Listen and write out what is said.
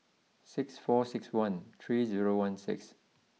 six four six one three zero one six